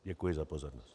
Děkuji za pozornost.